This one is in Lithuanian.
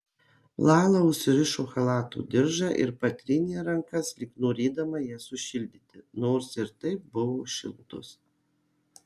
lala užsirišo chalato diržą ir patrynė rankas lyg norėdama jas sušildyti nors ir taip buvo šiltos